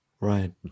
Right